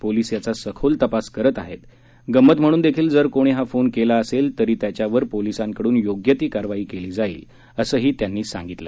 police याचा सखोल तपास करत आहेत गंमत म्हणून देखील जर कोणी हा फोन केला असेल तरी त्याच्यावर पोलीसांकडून योग्य ती कारवाई केली जाईल असंही ते म्हणाले